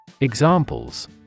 Examples